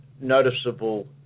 noticeable